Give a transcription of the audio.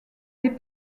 des